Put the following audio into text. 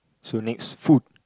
so next food